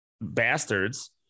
bastards